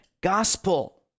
gospel